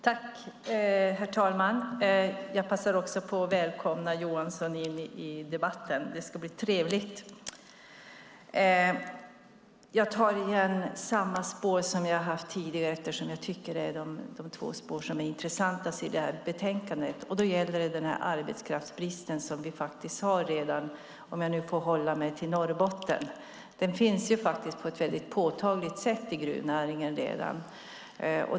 Herr talman! Jag passar också på att välkomna Johansson in i debatten. Det ska bli trevligt. Jag tar upp samma spår som jag har haft tidigare eftersom jag tycker att de är de två intressanta spåren i betänkandet. Först är det frågan om den rådande arbetskraftsbristen i Norrbotten. Den är redan påtaglig i gruvnäringen.